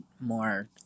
more